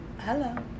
hello